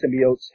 symbiotes